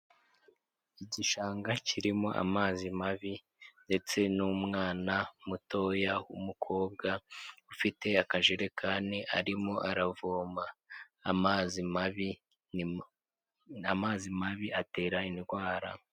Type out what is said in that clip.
Igishanga kirimo amazi mabi ndetse n'umwana mutoya w'umukobwa ufite akajerekani arimo aravoma amazi mabi, amazi mabi atera indwara.